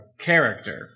character